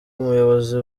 abayobozi